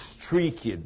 streaked